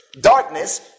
darkness